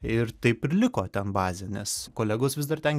ir taip ir liko ten bazė nes kolegos vis dar ten